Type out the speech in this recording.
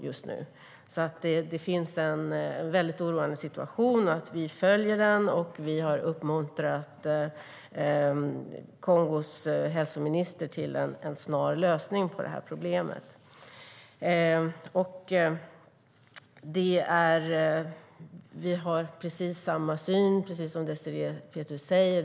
Vi har samma syn på jämställdhetsfrågan.